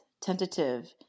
tentative